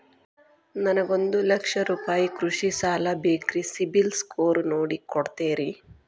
ನನಗೊಂದ ಲಕ್ಷ ರೂಪಾಯಿ ಕೃಷಿ ಸಾಲ ಬೇಕ್ರಿ ಸಿಬಿಲ್ ಸ್ಕೋರ್ ನೋಡಿ ಕೊಡ್ತೇರಿ?